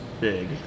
big